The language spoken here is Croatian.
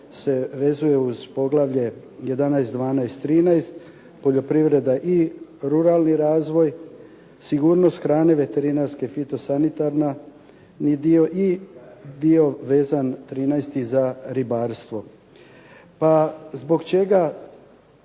se vezuje uz poglavlje 11, 12, 13 poljoprivreda i ruralni razvoj, sigurnost hrane, veterinarska i fitosanitarni dio i dio vezan trinaesti za ribarstvo. Pa zbog čega